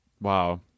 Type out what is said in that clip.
wow